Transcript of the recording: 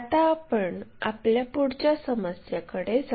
आता आपण आपल्या पुढच्या समस्येकडे जाऊ